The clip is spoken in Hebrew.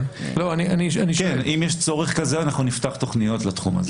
כן, אם יש צורך כזה אנחנו נפתח תכניות לתחום הזה.